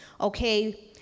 okay